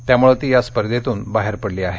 त्यामुळे ती या स्पर्धेतून बाहेर पडली आहे